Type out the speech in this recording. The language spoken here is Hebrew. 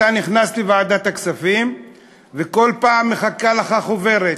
אתה נכנס לוועדת הכספים וכל פעם מחכה לך חוברת,